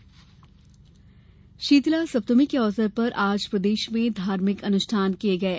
शीतला सप्तमी शीतला सप्तमी के अवसर पर आज प्रदेश में धार्मिक अनुष्ठान किये गये